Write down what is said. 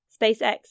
SpaceX